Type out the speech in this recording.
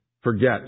forget